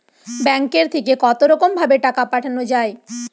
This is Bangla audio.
ব্যাঙ্কের থেকে কতরকম ভাবে টাকা পাঠানো য়ায়?